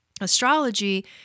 Astrology